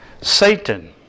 Satan